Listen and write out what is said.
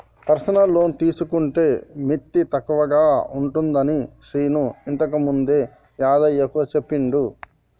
personal loan తీసుకుంటే మిత్తి తక్కువగా ఉంటుందని శీను ఇంతకుముందే యాదయ్యకు చెప్పిండు